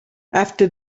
after